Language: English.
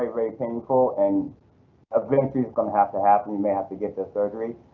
ah very painful. and eventually it's gonna have to happen. you may have to get the surgery,